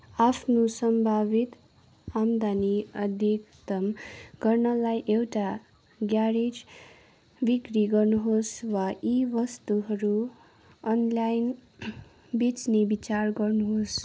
आफ्नो सम्भावित आम्दानी अधिकतम गर्नलाई एउटा ग्यारेज बिक्री गर्नुहोस् वा यी वस्तुहरू अनलाइन बेच्ने विचार गर्नुहोस्